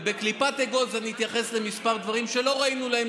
ובקליפת אגוז אני אתייחס לכמה דברים שלא מצאנו להם,